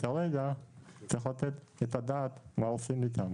וכרגע צריך לתת את הדעת מה עושים איתם